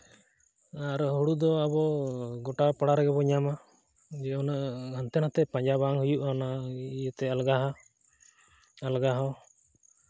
ᱟᱨ ᱦᱩᱲᱩ ᱫᱚ ᱟᱵᱚ ᱜᱳᱴᱟ ᱯᱟᱲᱟ ᱨᱮᱜᱮ ᱵᱚᱱ ᱧᱟᱢᱟ ᱡᱮ ᱦᱟᱱᱛᱮ ᱱᱟᱛᱮ ᱯᱟᱸᱡᱟ ᱵᱟᱝ ᱦᱩᱭᱩᱜᱼᱟ ᱚᱱᱟ ᱤᱭᱟᱹᱛᱮ ᱟᱞᱜᱟᱣᱟ ᱟᱞᱜᱟᱣᱟ